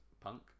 punk